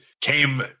came